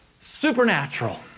supernatural